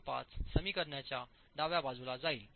25 समीकरणाच्या डाव्या बाजूला जाईल